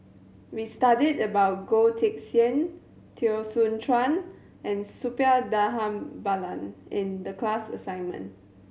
we studied about Goh Teck Sian Teo Soon Chuan and Suppiah Dhanabalan in the class assignment